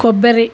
కొబ్బరి